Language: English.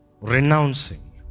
renouncing